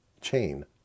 chain